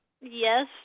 yes